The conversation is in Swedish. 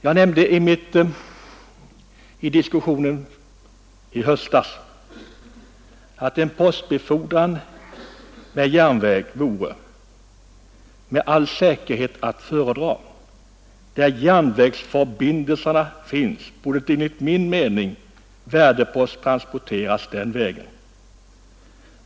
Jag nämnde i diskussionen i höstas att en postbefordran med järnväg vore med all säkerhet att föredraga. Där järnvägsförbindelser finns, borde enligt min mening värdepost transporteras med järnväg.